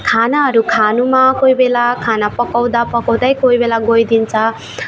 खानाहरू खानमा कोही बेला खाना पकाउँदा पकाउँदै कोही बेला गइदिन्छ